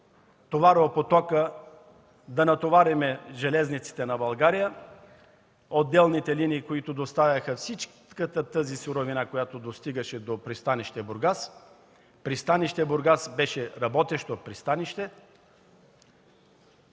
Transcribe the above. товаропотока, да натоварим железниците на България, отделните линии, които доставяха всичката суровина, която достигаше до пристанище Бургас. Пристанище Бургас беше работещо.